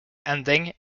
ending